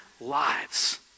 lives